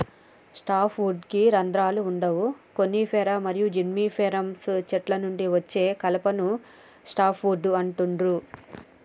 soft వుడ్కి రంధ్రాలు వుండవు కోనిఫర్ మరియు జిమ్నోస్పెర్మ్ చెట్ల నుండి అచ్చే కలపను సాఫ్ట్ వుడ్ అంటుండ్రు